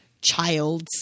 child's